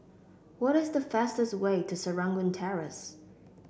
what is the fastest way to Serangoon Terrace